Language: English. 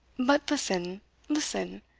but listen listen,